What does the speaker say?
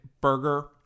burger